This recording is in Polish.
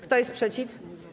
Kto jest przeciw?